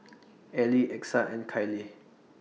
Elie Exa and Kyleigh